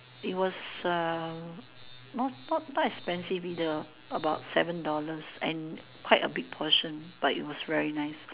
it was a not not expensive is about seven dollars and quite a big portion but it was very nice